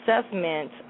assessment